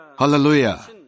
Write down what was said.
Hallelujah